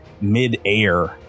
mid-air